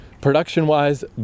Production-wise